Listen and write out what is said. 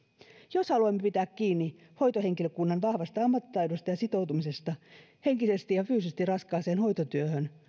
jos haluamme pitää kiinni hoitohenkilökunnan vahvasta ammattitaidosta ja sitoutumisesta henkisesti ja fyysisesti raskaaseen hoitotyöhön